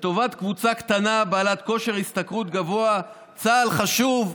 לטובת קבוצה קטנה בעלת כושר השתכרות גבוה"; "צה"ל חשוב,